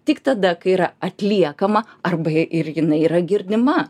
tik tada kai yra atliekama arba ir jin yra girdima